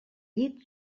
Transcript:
llit